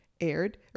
aired